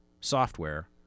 software